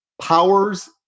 powers